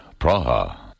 Praha